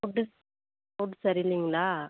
food food சரியில்லைங்களா